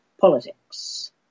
politics